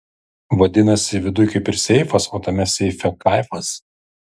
vadinasi viduj kaip ir seifas o tame seife kaifas